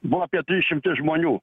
buvo apie trys šimtai žmonių